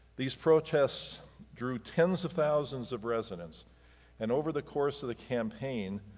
these protests drew tens of thousands of residents and over the course of the campaign,